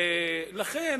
לכן,